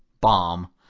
bomb